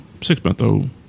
six-month-old